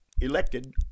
elected